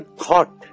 thought